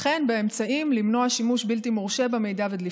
וכן אמצעים למנוע שימוש בלתי מורשה במידע ודליפתו.